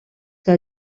que